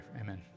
Amen